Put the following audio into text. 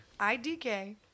IDK